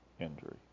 injury